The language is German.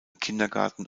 kindergarten